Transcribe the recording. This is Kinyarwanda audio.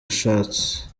ashatse